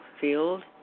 field